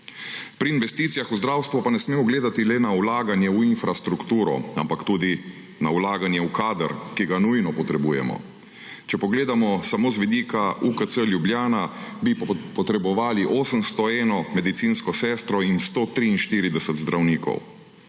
Pri investicijah v zdravstvo pa ne smemo gledati le na vlaganje v infrastrukturo, ampak tudi na vlaganje v kader, ki ga nujno potrebujemo. Če pogledamo samo z vidika UKC Ljubljana, bi potrebovali 801 medicinsko sestro in 143 zdravnikov.